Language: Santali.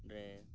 ᱚᱸᱰᱮ